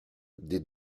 des